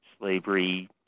slavery